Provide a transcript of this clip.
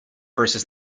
versus